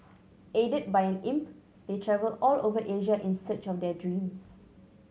aided by an imp they travel all over Asia in search of their dreams